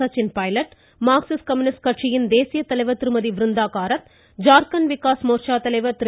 Sachin Pilot Marxist communist கட்சியின் தேசியத்தலைவர் திருமதியிருந்தா காரத் ஜார்கண்ட் விகாஸ் மோர்ச்சாத்தலைவர் திரு